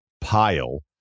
pile